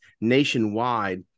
nationwide